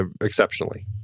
exceptionally